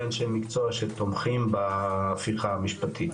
אנשי מקצוע שתומכים בהפיכה המשפטית.